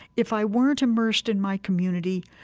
if i weren't immersed in my community.